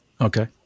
okay